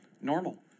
normal